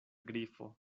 grifo